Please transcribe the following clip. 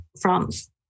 France